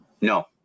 no